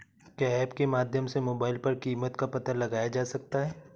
क्या ऐप के माध्यम से मोबाइल पर कीमत का पता लगाया जा सकता है?